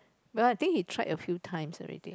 well I think he tried a few times already